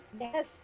Yes